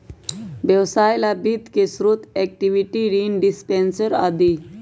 व्यवसाय ला वित्त के स्रोत इक्विटी, ऋण, डिबेंचर आदि हई